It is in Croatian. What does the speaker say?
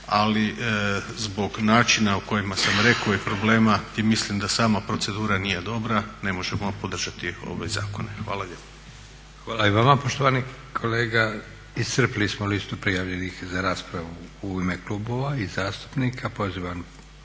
Ali zbog načina o kojima sam rekao i problema mislim da sama procedura nije dobra, ne možemo podržati ove zakone. Hvala lijepa. **Leko, Josip (SDP)** Hvala i vama poštovani kolega. Iscrpili smo listu prijavljenih za raspravu u ime klubova i zastupnika. Pozivam